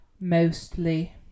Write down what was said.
Mostly